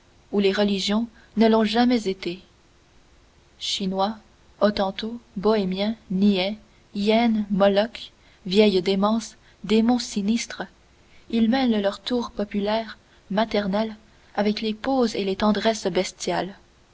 ou les religions ne l'ont jamais été chinois hottentots bohémiens niais hyènes molochs vieilles démences démons sinistres ils mêlent leurs tours populaires maternels avec les poses et les tendresses bestiales